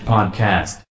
Podcast